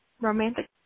romantic